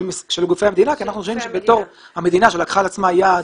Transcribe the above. של גופי המדינה כי אנחנו חושבים שהמדינה לקחה על עצמה יעד.